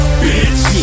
bitch